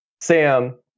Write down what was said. sam